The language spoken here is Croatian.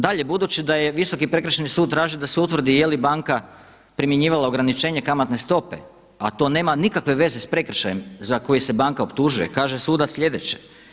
Dalje, budući da je Visoki prekršajni sud tražio da se utvrdi je li banka primjenjivala ograničenje kamatne stope, a to nema nikakve veze sa prekršajem za koji se banka optužuje, kaže sudac sljedeće.